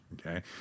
okay